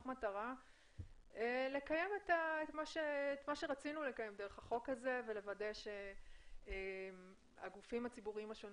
מטרה לקיים את מה שרצינו ולוודא שהגופים הציבוריים השונים